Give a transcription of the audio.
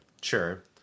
Sure